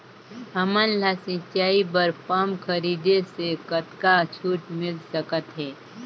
हमन ला सिंचाई बर पंप खरीदे से कतका छूट मिल सकत हे?